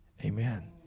Amen